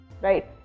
right